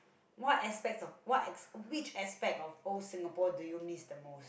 what aspects of what ex~ which aspect of old Singapore do you miss the most